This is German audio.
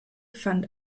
fand